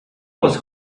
was